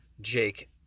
jake